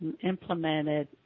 implemented